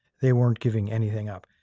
they weren't giving anything up.